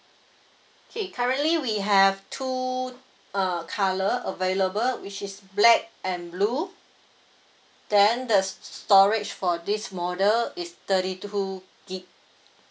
okay currently we have two uh colour available which is black and blue then the s~ storage for this model is thirty two gig